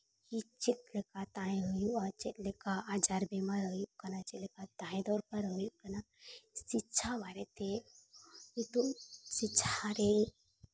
ᱪᱮᱫ ᱞᱮᱠᱟ ᱛᱟᱦᱮᱸ ᱦᱩᱭᱩᱜᱼᱟ ᱪᱮᱫ ᱞᱮᱠᱟ ᱟᱡᱟᱨᱼᱵᱤᱢᱟᱨ ᱦᱩᱭᱩᱜ ᱠᱟᱱᱟ ᱪᱮᱫᱞᱮᱠᱟ ᱛᱟᱦᱮᱸ ᱫᱚᱨᱠᱟᱨ ᱦᱩᱭᱩᱜ ᱠᱟᱱᱟ ᱥᱤᱠᱪᱷᱟ ᱵᱟᱨᱮ ᱛᱮ ᱦᱤᱸᱛᱳᱜ ᱥᱚᱠᱪᱷᱟ ᱨᱮ